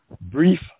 brief